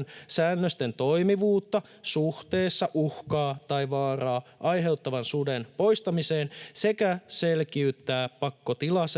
§:n säännösten toimivuutta suhteessa uhkaa tai vaaraa aiheuttavan suden poistamiseen sekä selkiyttää pakkotilasääntelyn